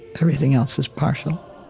everything else is partial